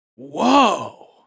Whoa